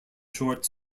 short